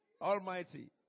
Almighty